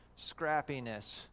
scrappiness